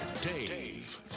Dave